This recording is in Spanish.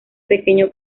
pequeño